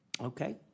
Okay